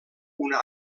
una